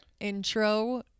intro